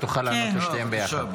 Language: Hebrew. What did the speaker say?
ותוכל לענות לשתיהן ביחד.